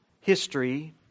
history